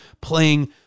playing